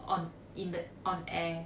on in the on air